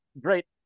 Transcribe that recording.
great